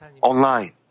online